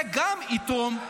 זה גם יתרום.